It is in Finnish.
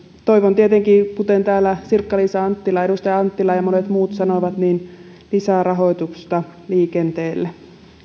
toivon tietenkin kuten täällä edustaja anttila ja monet sanoivat lisää rahoitusta liikenteelle